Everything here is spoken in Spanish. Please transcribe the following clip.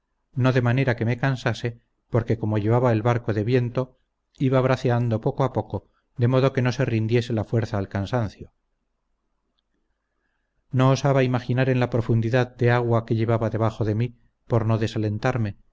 no de manera que me cansase porque como llevaba el barco de viento iba braceando poco a poco de modo que no se rindiese la fuerza al cansancio no osaba imaginar en la profundidad de agua que llevaba debajo de mí por no desalentarme ni